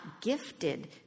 gifted